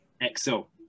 Excel